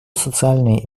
социальные